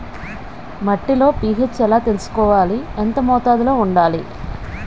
మట్టిలో పీ.హెచ్ ఎలా తెలుసుకోవాలి? ఎంత మోతాదులో వుండాలి?